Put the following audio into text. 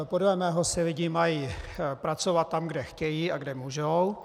Podle mého lidé mají pracovat tam, kde chtějí a kde můžou.